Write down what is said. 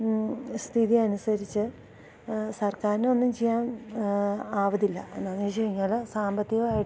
സ്ഥിതിയനുസരിച്ച് സർക്കാരിനൊന്നും ചെയ്യാൻ ആവില്ല എന്താണെന്ന് ചോദിച്ചുകഴിഞ്ഞാല് സാമ്പത്തികമായിട്ട്